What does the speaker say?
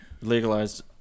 Legalized